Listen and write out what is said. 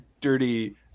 dirty